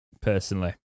Personally